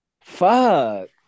Fuck